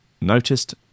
noticed